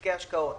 תיקי השקעות.